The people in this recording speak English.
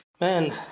Man